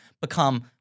become